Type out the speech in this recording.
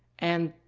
and.